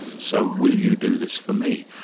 so will you do this for me?